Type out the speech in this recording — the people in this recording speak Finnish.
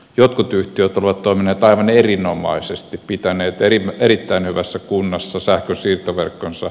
jotkut yhtiöt olivat toimineet aivan erinomaisesti pitäneet erittäin hyvässä kunnossa sähkönsiirtoverkkonsa